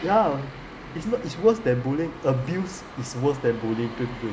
ya it's not it's worse than bullying abuse is worse than bullying